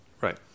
Right